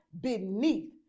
beneath